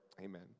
Amen